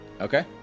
Okay